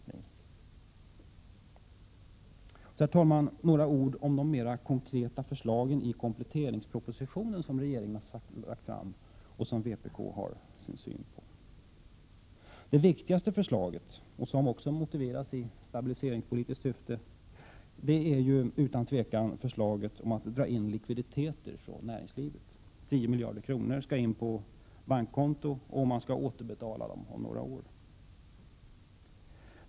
Och så, herr talman, några ord om de mera konkreta förslagen i kompletteringspropositionen, som regeringen har lagt fram och som vpk har vissa synpunkter på. Det viktigaste förslaget, som har stabiliseringspolitiskt syfte, är utan tvekan förslaget om att dra in likviditeter från näringslivet. 10 miljarder kronor skall in på bankkonto, och pengarna skall återbetalas om några år.